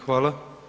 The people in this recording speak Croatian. Hvala.